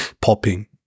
popping